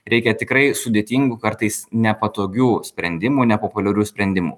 reikia tikrai sudėtingų kartais nepatogių sprendimų nepopuliarių sprendimų